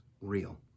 real